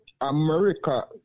America